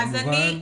כן.